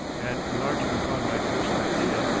and enlarging upon my first idea,